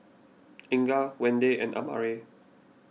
Inga Wende and Amare